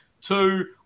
Two